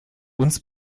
uns